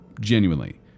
Genuinely